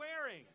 wearing